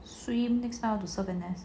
swim next time how to serve N_S